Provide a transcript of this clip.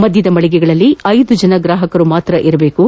ಮಧ್ಯದ ಮಳಿಗೆಗಳಲ್ಲಿ ಐದು ಜನ ಗ್ರಾಹಕರು ಮಾತ್ರ ಇರಬೇಕು